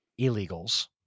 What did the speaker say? illegals